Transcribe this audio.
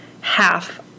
half